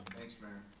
thanks, mayor.